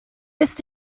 ist